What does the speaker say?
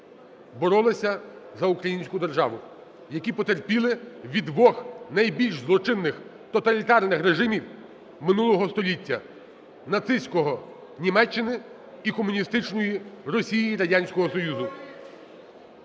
боролися за українську державу, які потерпіли від двох найбільш злочинних тоталітарних режимів минулого століття: нацистського Німеччини і комуністичної Росії, Радянського Союзу.